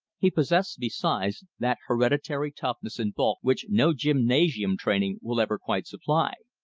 he possessed, besides, that hereditary toughness and bulk which no gymnasium training will ever quite supply.